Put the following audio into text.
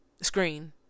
screen